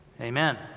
Amen